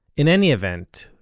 in any event,